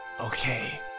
Okay